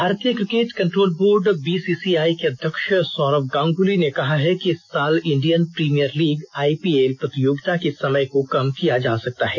भारतीय cricket control board BCI के अध्यक्ष सौरव गांगुली ने कहा है कि इस साल इंडियन प्रीमियर लीग आईपीएल प्रतियोगिता के समय को कम किया जा सकता है